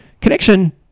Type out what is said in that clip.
connection